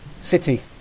City